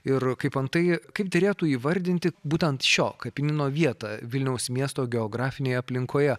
ir kaip antai kaip derėtų įvardinti būtent šio kapinyno vietą vilniaus miesto geografinėje aplinkoje